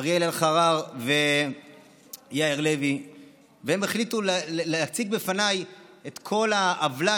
אריאל אלחרר ויאיר לוי החליטו להציג בפניי את כל העוולה